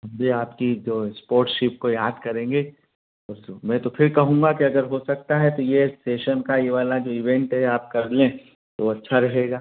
हम भी आपकी जो इस्पोर्टशिप को याद करेंगे उस मैं तो फिर कहूँगा कि अगर हो सकता है तो ये सेशन का ये वाला जो इवेंट है आप कर लें तो अच्छा रहेगा